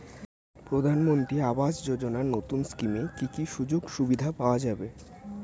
প্রধানমন্ত্রী আবাস যোজনা নতুন স্কিমে কি কি সুযোগ সুবিধা পাওয়া যাবে?